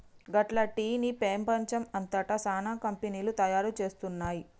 గట్ల టీ ని పెపంచం అంతట సానా కంపెనీలు తయారు చేస్తున్నాయి